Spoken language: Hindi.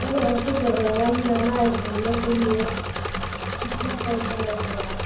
अर्रे हमको त गंगा जी जाना है घूमने के लिए कितना पैसा लगेगा